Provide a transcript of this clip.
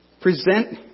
Present